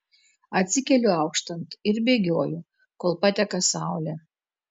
atsikeliu auštant ir bėgioju kol pateka saulė